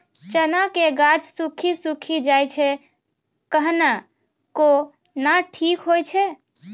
चना के गाछ सुखी सुखी जाए छै कहना को ना ठीक हो छै?